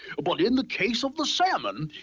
but in the case of the salmon